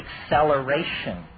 acceleration